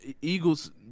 eagles